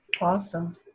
Awesome